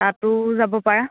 তাতো যাব পাৰা